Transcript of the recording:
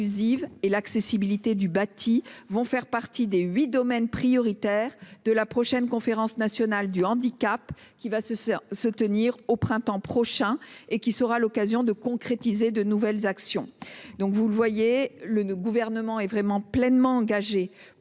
et l'accessibilité du bâti feront partie des huit domaines prioritaires de la prochaine Conférence nationale du handicap, qui se tiendra au printemps prochain et qui sera l'occasion de mettre en oeuvre de nouvelles actions concrètes. Vous le voyez, le Gouvernement est pleinement engagé